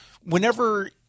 whenever